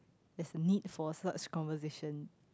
there's a need for such conversation